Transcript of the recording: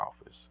office